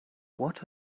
what